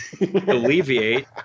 alleviate